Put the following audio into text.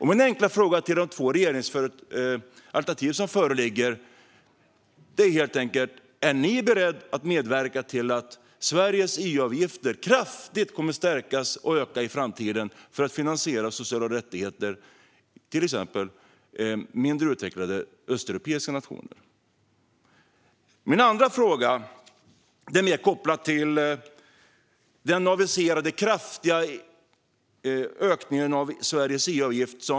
Min enkla fråga till de två regeringsalternativ som föreligger är: Är ni beredda att medverka till att Sveriges EU-avgifter kraftigt kommer att öka i framtiden för att finansiera sociala rättigheter i till exempel mindre utvecklade östeuropeiska nationer? Min andra fråga är mer kopplad till den aviserade kraftiga ökningen av Sveriges EU-avgift.